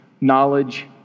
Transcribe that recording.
knowledge